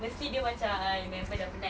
mesti dia macam I remember dah penat